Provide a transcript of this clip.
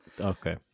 Okay